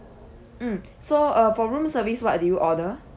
mm so uh for room service what did you order